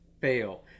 fail